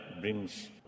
brings